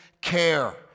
Care